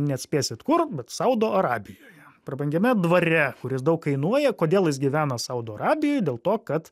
neatspėsit kur bet saudo arabijoje prabangiame dvare kuris daug kainuoja kodėl jis gyvena saudo arabijoje dėl to kad